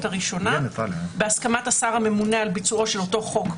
הראשונה בהסכמת השר הממונה על ביצועו של אותו חוק,